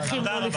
תודה.